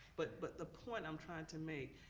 but but the point i'm trying to make,